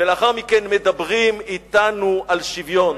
ולאחר מכן מדברים אתנו על שוויון.